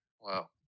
Wow